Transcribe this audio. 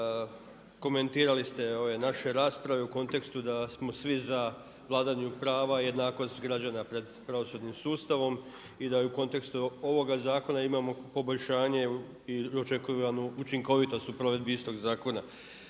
komentirali ste ove naše rasprave u kontekstu da smo svi za vladavinu prava, jednakost građana pred pravosudnim sustavom i da i u kontekstu ovoga zakona imamo poboljšanje i očekivanu učinkovitost u provedbi istog zakona.